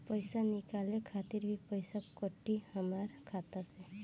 पईसा निकाले खातिर भी पईसा कटी हमरा खाता से?